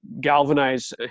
galvanize